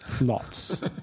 Lots